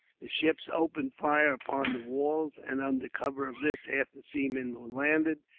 the ships opened fire upon the walls and, under cover of this, half the seamen were landed.